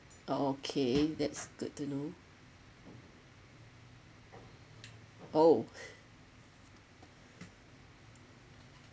okay that's good to know !ow!